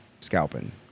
scalping